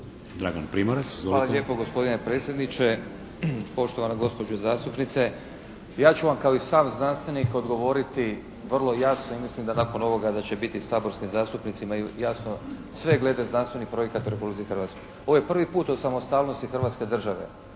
**Primorac, Dragan** Hvala lijepo gospodine predsjedniče, poštovana gospođo zastupnice. Ja ću vam kao i sam znanstvenik odgovoriti vrlo jasno i mislim da nakon ovoga, da će biti saborskim zastupnicima jasno sve glede znanstvenih projekata u Republici Hrvatskoj. Ovo je prvi put od samostalnosti Hrvatske države